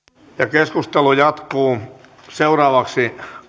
keskustelu jatkuu seuraavaksi